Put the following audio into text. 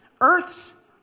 Earth's